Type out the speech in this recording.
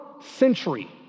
century